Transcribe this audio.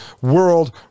World